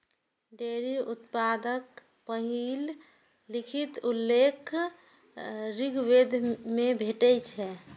dairy उत्पादक पहिल लिखित उल्लेख ऋग्वेद मे भेटै छै